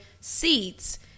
seats